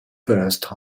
first